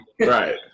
Right